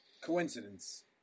Coincidence